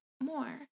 more